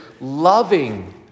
loving